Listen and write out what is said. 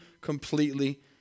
completely